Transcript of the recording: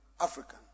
African